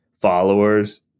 followers